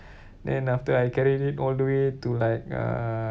then after I carried it all the way to like uh